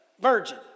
virgin